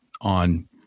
on